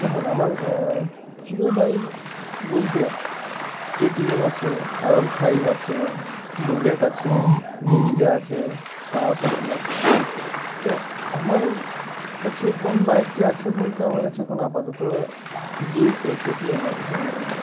দেখুন আমার প্রিয় বাইক বলতে কে টিএম আছে আরন ফাইভ আছে বুলেট আছে নিন্জা আছে কাওয়াসকি আছে তো আমার কাছে কোন বাইকটি আছে বলতে আমার কাছে এখন আপাতত ডিউ কে কে টিএমের